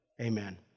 Amen